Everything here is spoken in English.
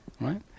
right